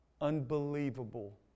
unbelievable